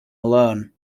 alone